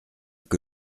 que